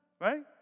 right